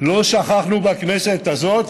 לא שכחנו בכנסת הזאת